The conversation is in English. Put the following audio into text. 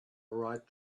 right